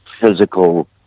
physical